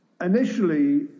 initially